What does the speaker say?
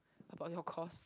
about your course